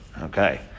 Okay